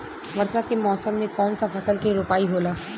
वर्षा के मौसम में कौन सा फसल के रोपाई होला?